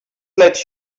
let